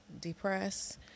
depressed